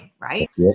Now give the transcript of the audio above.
right